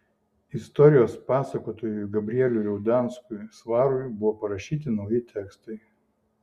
istorijos pasakotojui gabrieliui liaudanskui svarui buvo parašyti nauji tekstai